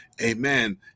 Amen